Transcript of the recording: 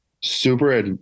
super